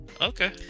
Okay